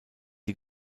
die